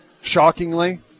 shockingly